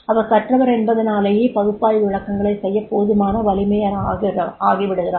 அவர் கற்றவர் என்பதனாலேயே பகுப்பாய்வு விளக்கங்களைச் செய்ய போதுமான வலிமையானவராகிவிடுகிறார்